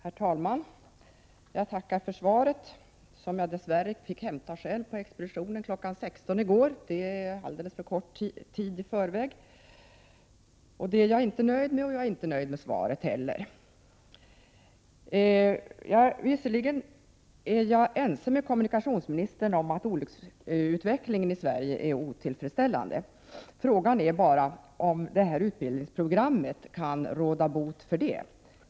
Herr talman! Jag tackar för svaret, som jag dess värre fick hämta själv på kammarkansliet kl. 16.00 i går. Det är alldeles för kort tid i förväg. Det är jag inte nöjd med, och jag är inte heller nöjd med svaret. Visserligen är jag ense med kommunikationsministern om att olycksutvecklingen i Sverige är otillfredsställande, men frågan är bara om det här utbildningsprogrammet kan råda bot på detta.